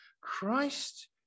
Christ